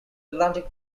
atlantic